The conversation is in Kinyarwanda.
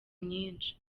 myinshi